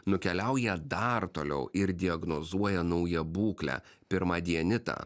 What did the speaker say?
nukeliauja dar toliau ir diagnozuoja naują būklę pirmadienitą